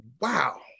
Wow